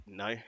no